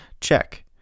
check